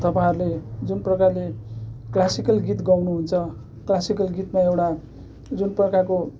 तपाईँहरूले जुन प्रकारले क्लासिकल गीत गाउनु हुन्छ क्लासिकल गीतमा एउटा जुन प्रकारको